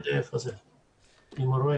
תראו,